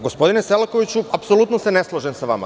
Gospodine Selakoviću, apsolutno se ne slažem sa vama.